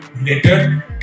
later